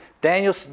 Daniel